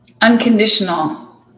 unconditional